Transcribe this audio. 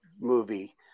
movie